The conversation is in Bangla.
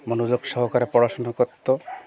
মনোযোগ সহকারে পড়াশোনা করতো